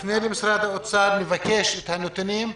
נפנה למשרד האוצר לבקש את הנתונים.